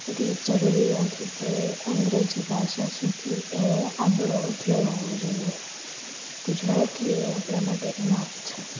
એટલે જરૂરી નથી કે અંગ્રેજી ભાષા શીખવી એ આપણો ધ્યેય હોવો જોઇએ ગુજરાતી એ આપણા માટે ઇનફ છે